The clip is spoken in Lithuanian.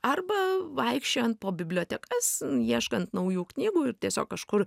arba vaikščiojant po bibliotekas ieškant naujų knygų ir tiesiog kažkur